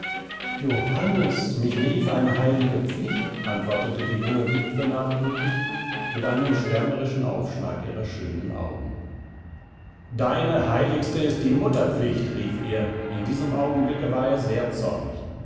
johannes mich rief eine heilige pflicht antwortete die junge witwe nachdrücklich mit einem schwärmerischen aufschlag ihrer schönen augen deine heiligste ist die mutterpflicht rief er in diesem augenblicke war er sehr zornig